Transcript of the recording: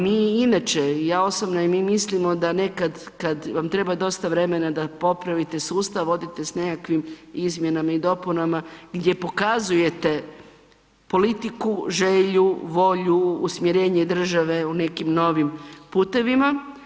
Mi inače, ja osobno i mi mislimo da nekad kad vam treba dosta vremena da popravite sustav odete s nekakvih izmjenama i dopunama gdje pokazujete politiku, želju, volju, usmjerenje države u nekim novim putevima.